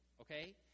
okay